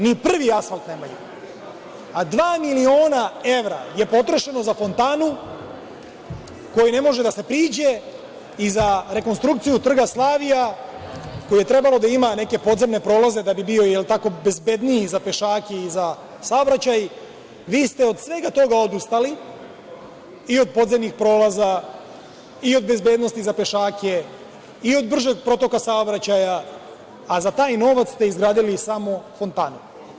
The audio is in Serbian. Ni prvi asfalt nemaju, a dva miliona evra je potrošeno za fontanu kojoj ne može da se priđe i za rekonstrukciju Trga Slavija, koji je trebao da ima neke podzemne prolaze da bi bio, jel tako, bezbedniji za pešake i za saobraćaj, vi ste od svega toga odustali i od podzemnih prolaza i od bezbednosti za pešake i od bržeg protoka saobraćaja, a za taj novac ste izgradili samo fontanu.